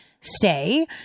Say